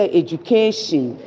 education